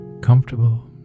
comfortable